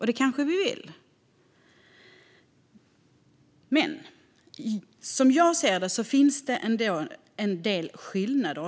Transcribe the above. Det kanske vi vill, men som jag ser det finns det en del skillnader.